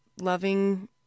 loving